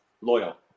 loyal